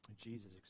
Jesus